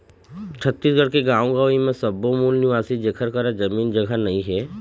छत्तीसगढ़ के गाँव गंवई म सब्बो मूल निवासी जेखर करा जमीन जघा नइ हे